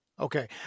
Okay